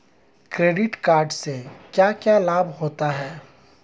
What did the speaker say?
Credit card से क्या क्या लाभ होता है?